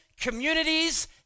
communities